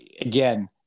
Again